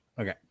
Okay